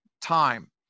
time